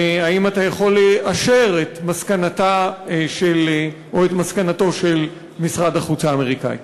האם אתה יכול לאשר את מסקנתו של משרד החוץ האמריקני?